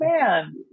man